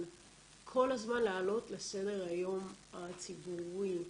כל הזמן להעלות לסדר-היום הציבורי,